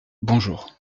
bonjour